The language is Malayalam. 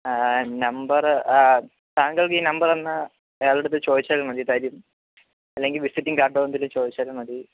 നമ്പർ താങ്കൾക്ക് ഈ നമ്പർ തന്ന അയാൾ എടുത്തു ചോദിച്ചാൽ മതി തരും അല്ലെങ്കിൽ വിസിറ്റിംഗ് കാർഡോ എന്തെങ്കിലും ചോദിച്ചാൽ മതി